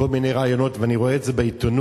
בכל מיני רעיונות, ואני רואה את זה בעיתונות,